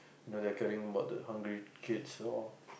you know they are caring about the hungry kids all